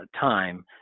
time